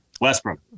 Westbrook